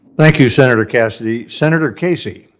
thank you, senator cassidy. senator casey?